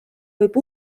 võib